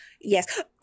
yes